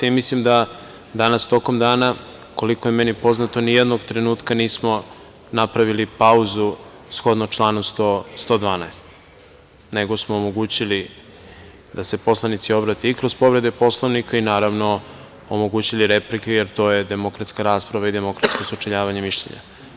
Mislim da danas tokom dana, koliko je meni poznato nijednog trenutka nismo napravili pauzu shodno članu 112. nego smo omogućili da se poslanici obrate i kroz povrede Poslovnika i naravno, omogućili replike, jer to je demokratska rasprava i demokratsko sučeljavanje mišljenja.